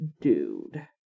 dude